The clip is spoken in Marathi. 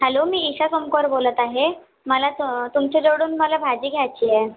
हॅलो मी ईशा सोनकर बोलत आहे मला तुमच्या जवळून मला भाजी घ्यायची आहे